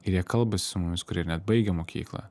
ir jie kalbasi su mumis kurie ir net baigę mokyklą